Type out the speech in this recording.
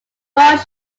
both